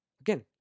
Again